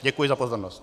Děkuji za pozornost.